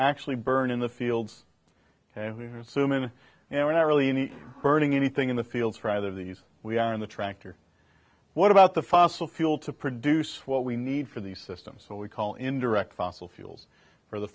actually burn in the fields and suman and we're not really any burning anything in the fields rather these we are in the tractor what about the fossil fuel to produce what we need for the system so we call indirect fossil fuels for the